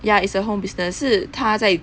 ya is a home business 是她在